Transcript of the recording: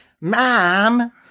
Mom